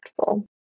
impactful